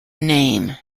name